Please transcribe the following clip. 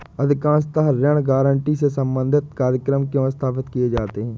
अधिकांशतः ऋण गारंटी से संबंधित कार्यक्रम क्यों स्थापित किए जाते हैं?